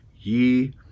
ye